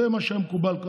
זה מה שהיה מקובל כאן.